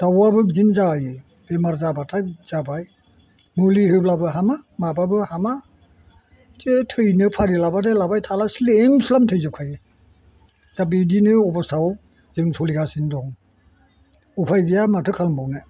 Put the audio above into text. दाउआबो बिदिनो जायो बेमार जाबाथाय जाबाय मुलि होब्लाबो हामा माबाबो हामा थिग थैनो फारि लाबाथाय लाबाय थाला स्लिम स्लाम थैजोबखायो दा बिदिनो अब'स्थायाव जों सोलिगासिनो दं उफाय गैया माथो खालामबावनो